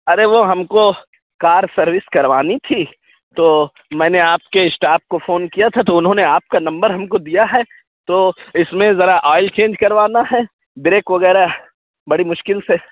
ارے وہ ہم کو کار سروس کروانی تھی تو میں نے آپ کے اسٹاف کو فون کیا تھا تو اُنہوں نے آپ کا نمبر ہم کو دیا ہے تو اِس میں ذرا آئل چینج کروانا ہے بریک وغیرہ بڑی مشکل سے